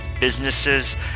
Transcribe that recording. businesses